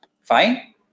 Fine